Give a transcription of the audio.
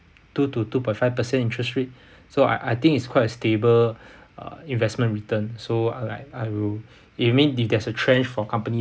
two to two point five percent interest rate so I I think is quite a stable uh investment return so uh like I will if you mean if there's a trench for company